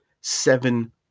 Seven